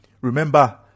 Remember